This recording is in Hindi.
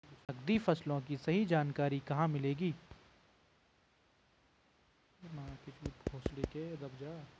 नकदी फसलों की सही जानकारी कहाँ मिलेगी?